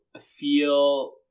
feel